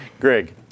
Greg